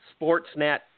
Sportsnet